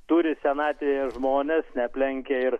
turi senatvėje žmonės neaplenkia ir